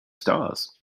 stars